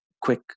quick